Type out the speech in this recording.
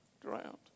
drowned